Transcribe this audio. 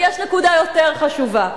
ויש נקודה יותר חשובה: